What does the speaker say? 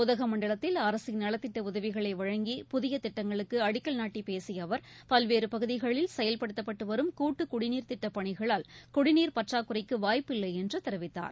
உதகமண்டலத்தில் அரசின் நலத்திட்ட உதவிகளை வழங்கி புதிய திட்டங்களுக்கு அடிக்கல் நாட்டி பேசிய அவர் பல்வேறு பகுதிகளில் செயல்படுத்தப்பட்டு வரும் கூட்டுக்குடிநீர் திட்டப் பணிகளால் குடிநீர் பற்றாக்குறைக்கு வாய்ப்பு இல்லை என்று தெரிவித்தார்